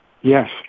Yes